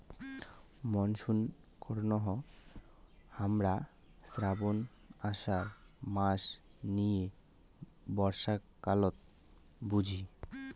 monsoon কহু হামরা শ্রাবণ, আষাঢ় মাস নিয়ে বর্ষাকালত বুঝি